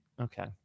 Okay